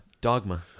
Dogma